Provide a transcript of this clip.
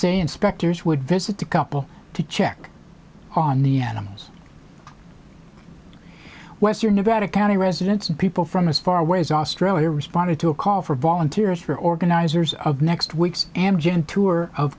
say inspectors would visit the couple to check on the animals western nevada county residents and people from as far away as australia responded to a call for volunteers for organizers of next week's amgen tour of